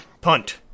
PUNT